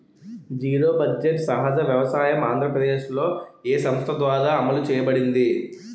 Zero budget సహజ వ్యవసాయం ఆంధ్రప్రదేశ్లో, ఏ సంస్థ ద్వారా అమలు చేయబడింది?